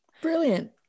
brilliant